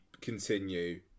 continue